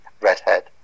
redhead